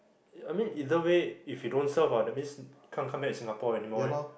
I mean either way if you don't serve ah that means can't come back to Singapore anymore ah